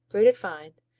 grated fine,